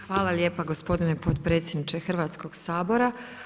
Hvala lijepa gospodine potpredsjedniče Hrvatskog sabora.